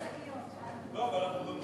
הצעת חוק לצמצום השימוש בשקיות נשיאה חד-פעמיות,